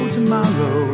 tomorrow